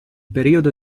periodo